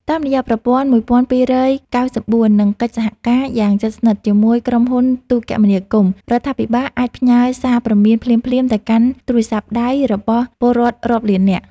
តាមរយៈប្រព័ន្ធ ១២៩៤ និងកិច្ចសហការយ៉ាងជិតស្និទ្ធជាមួយក្រុមហ៊ុនទូរគមនាគមន៍ រដ្ឋាភិបាលអាចផ្ញើសារព្រមានភ្លាមៗទៅកាន់ទូរស័ព្ទដៃរបស់ពលរដ្ឋរាប់លាននាក់។